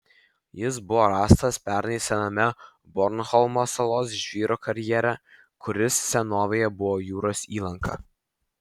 jis buvo rastas pernai sename bornholmo salos žvyro karjere kuris senovėje buvo jūros įlanka